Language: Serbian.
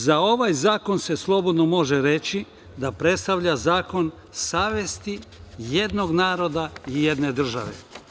Za ovaj zakon se slobodno može reći da predstavlja zakon savesti jednog naroda i jedne države.